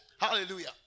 Hallelujah